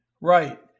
Right